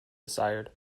desired